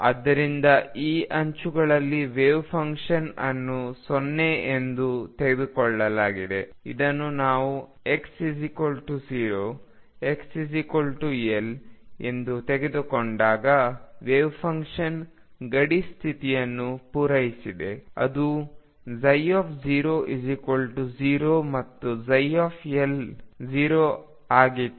ಆದ್ದರಿಂದ ಈ ಅಂಚುಗಳಲ್ಲಿ ವೆವ್ಫಂಕ್ಷನ್ಅನ್ನು 0 ಎಂದು ತೆಗೆದುಕೊಳ್ಳಲಾಗಿದೆ ಇದನ್ನು ನಾವು x 0 x L ಎಂದು ತೆಗೆದುಕೊಂಡಾಗ ವೆವ್ಫಂಕ್ಷನ್ ಗಡಿ ಸ್ಥಿತಿಯನ್ನು ಪೂರೈಸಿದೆ ಅದು 00 ಮತ್ತು L 0 ಆಗಿತ್ತು